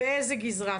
באיזו גזרה?